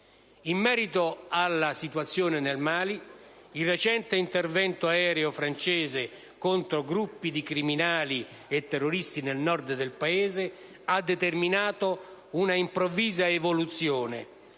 In merito alla situazione nel Mali, il recente intervento aereo francese contro gruppi di criminali e terroristi nel Nord del Paese ha determinato una improvvisa evoluzione